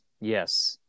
Yes